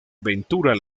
ventura